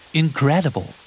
incredible